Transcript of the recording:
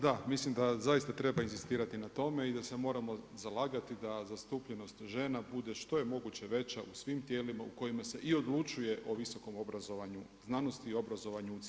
Da, mislim da zaista treba inzistirati na tome i da se moramo zalagati da zastupljenost žena bude što je moguće veća u svim tijelima u kojima se i odlučuje o visokom obrazovanju, znanosti i obrazovanju u cjelini.